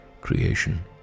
creation